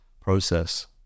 process